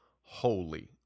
Holy